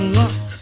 luck